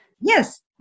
Yes